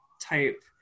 type